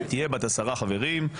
תהיה בת עשרה חברים,